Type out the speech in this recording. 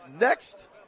next